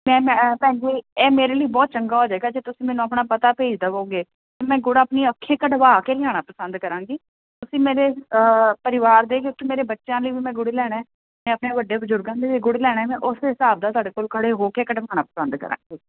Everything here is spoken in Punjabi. ਤੇ ਮੈਂ ਭੈਣ ਜੀ ਇਹ ਮੇਰੇ ਲਈ ਬਹੁਤ ਚੰਗਾ ਹੋ ਜਾਏਗਾ ਜੇ ਤੁਸੀਂ ਮੈਨੂੰ ਆਪਣਾ ਪਤਾ ਭੇਜ ਦਵੋਗੇ ਮੈਂ ਗੁੜ ਆਪਣੀ ਅੱਖੀ ਕਢਵਾ ਕੇ ਲਿਆਣਾ ਪਸੰਦ ਕਰਾਂਗੀ ਤੁਸੀਂ ਮੇਰੇ ਪਰਿਵਾਰ ਦੇ ਵਿੱਚ ਮੇਰੇ ਬੱਚਿਆਂ ਲਈ ਵੀ ਮੈਂ ਗੁੜੇ ਲੈਣਾ ਮੈਂ ਆਪਣੇ ਵੱਡੇ ਬਜ਼ੁਰਗਾਂ ਲਈ ਵੀ ਗੁੜ ਲੈਣਾ ਮੈਂ ਉਸੇ ਹਿਸਾਬ ਦਾ ਸਾਡੇ ਕੋਲ ਖੜੇ ਹੋ ਕੇ ਕਢਵਾਉਣਾ ਪਸੰਦ ਕਰਾਂਗੀ